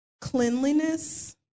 cleanliness